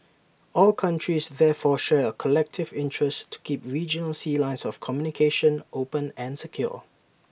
all countries therefore share A collective interest to keep regional sea lines of communication open and secure